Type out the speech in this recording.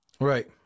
Right